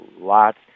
lots